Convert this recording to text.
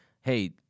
hey